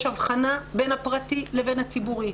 יש הבחנה בין הפרטי לבין הציבורי.